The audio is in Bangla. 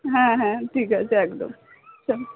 হ্যাঁ হ্যাঁ ঠিক আছে একদম